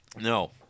No